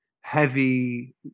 heavy